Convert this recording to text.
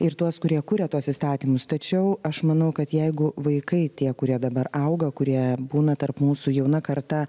ir tuos kurie kuria tuos įstatymus tačiau aš manau kad jeigu vaikai tie kurie dabar auga kurie būna tarp mūsų jauna karta